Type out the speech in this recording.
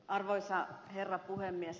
arvoisa herra puhemies